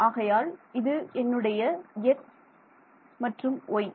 ஆகையால் இது என்னுடைய x மற்றும் y